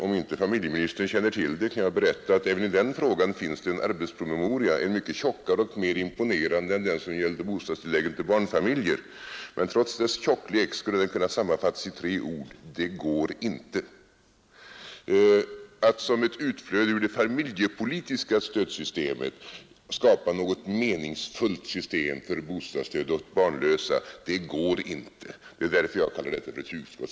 Om inte familjeministern känner till det kan jag tala om att även i det ärendet finns det en promemoria, mycket tjockare och mera imponerande än den som gällde bostadstillägget till barnfamiljer. Men trots dess tjocklek skulle den kunna sammanfattas i tre ord: ”Det går inte.” Att som ett utflöde ur det familjepolitiska stödsystemet skapa något meningsfullt system för bostadsstöd åt barnlösa det går inte. Det är därför jag har kallat detta ett hugskott.